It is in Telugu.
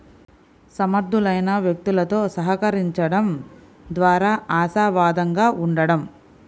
సమర్థులైన వ్యక్తులతో సహకరించండం ద్వారా ఆశావాదంగా ఉండండి